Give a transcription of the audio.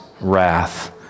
wrath